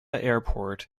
airport